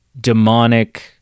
demonic